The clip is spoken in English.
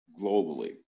globally